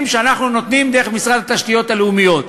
שאנחנו נותנים דרך משרד התשתיות הלאומיות,